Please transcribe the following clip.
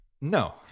No